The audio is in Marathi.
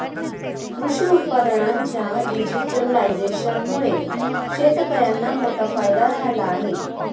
कृषी उत्पादनांच्या डिजिटलायझेशनमुळे शेतकर्यांना मोठा फायदा झाला आहे